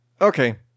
Okay